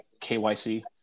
KYC